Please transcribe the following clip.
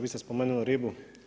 Vi ste spomenuli ribu.